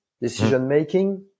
decision-making